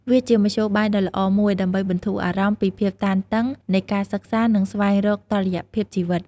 វាជាមធ្យោបាយដ៏ល្អមួយដើម្បីបន្ធូរអារម្មណ៍ពីភាពតានតឹងនៃការសិក្សា និងស្វែងរកតុល្យភាពជីវិត។